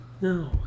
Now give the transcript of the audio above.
No